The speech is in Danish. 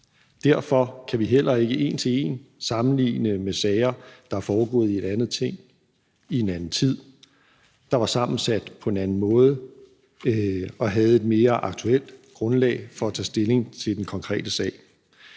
Derfor kan vi heller ikke en til en sammenligne med sager, der er foregået i et andet Ting i en anden tid, der var sammensat på en anden måde og havde et mere aktuelt grundlag for at tage stilling til den konkrete sag.